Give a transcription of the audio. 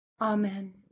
Amen